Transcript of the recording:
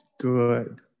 Good